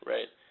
Right